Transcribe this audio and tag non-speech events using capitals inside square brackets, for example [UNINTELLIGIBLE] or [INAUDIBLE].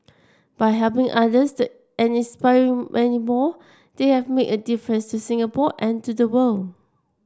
by helping others [UNINTELLIGIBLE] and inspiring many more they have made a differences in Singapore and to the world